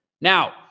Now